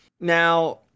Now